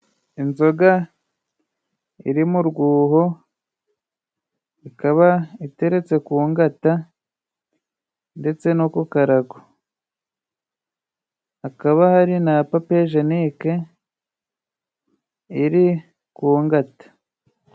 Inzoga iri mu ruho. Ikaba iteretse ku ngata ndetse no ku karago. Hakaba hari na papiyejenike ku ngata.